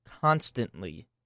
constantly